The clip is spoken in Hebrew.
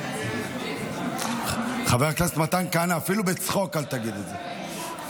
רישומים בעניין עבירה על רקע מחאות יוצאי אתיופיה,